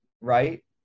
Right